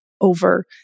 over